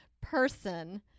person